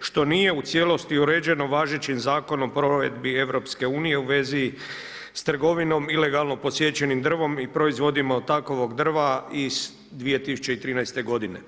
što nije u cijelosti uređeno važećim zakonom o provedbi EU u vezi s trgovinom ilegalno posjećenim drvom i proizvodima od takovog drva iz 2013. godine.